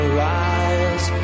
rise